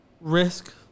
risk